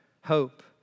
hope